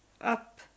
up